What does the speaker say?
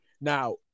Now